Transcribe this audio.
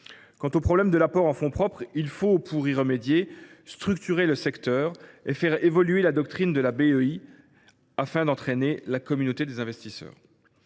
au problème de l’apport en fonds propres, il faut structurer le secteur et faire évoluer la doctrine de la BEI, afin d’entraîner la communauté des investisseurs.